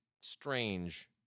strange